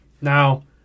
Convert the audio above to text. Now